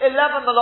Eleven